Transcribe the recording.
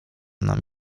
nam